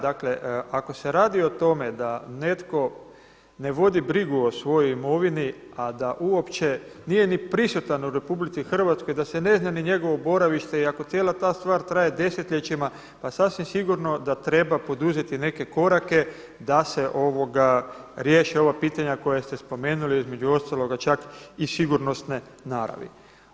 Dakle, ako se radi o tome da netko ne vodi brigu o svojoj imovini, a da uopće nije ni prisutan u RH da se ne zna ni njegovo boravište i ako cijela ta stvar traje desetljećima pa sasvim sigurno da treba poduzeti neke korake da se riješi ova pitanja koja ste spomenuli, između ostaloga čak i sigurnosne naravi.